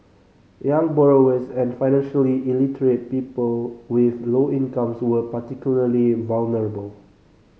young borrowers and financially illiterate people with low incomes were particularly vulnerable